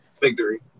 victory